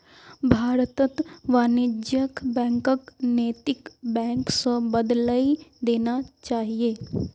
भारतत वाणिज्यिक बैंकक नैतिक बैंक स बदलइ देना चाहिए